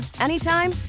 anytime